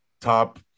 top